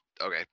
okay